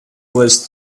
was